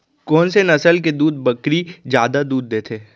कोन से नस्ल के बकरी जादा दूध देथे